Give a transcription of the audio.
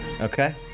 Okay